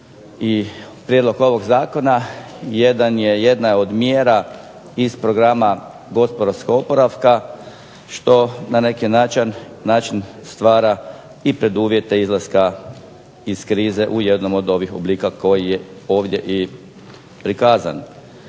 prijedlog ovog zakona jedna je od mjera iz Programa gospodarskog oporavka što na neki način stvara i preduvjete izlaska iz krize u jednom od ovih oblika koji je ovdje i prikazan.